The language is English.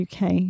UK